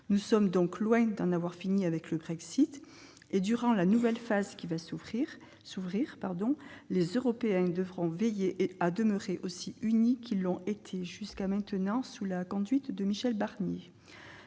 Nous sommes donc loin d'en avoir fini avec le Brexit. Durant la nouvelle phase qui va s'ouvrir, les Européens devront veiller à demeurer aussi unis qu'ils l'ont été jusqu'à maintenant sous la conduite de Michel Barnier.